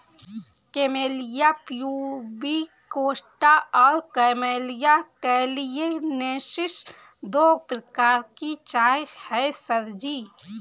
camellia प्यूबिकोस्टा और camellia टैलिएन्सिस दो प्रकार की चाय है सर जी